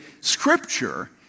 scripture